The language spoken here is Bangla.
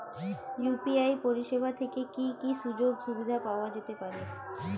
ইউ.পি.আই পরিষেবা থেকে কি কি সুযোগ সুবিধা পাওয়া যেতে পারে?